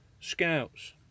scouts